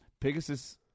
Pegasus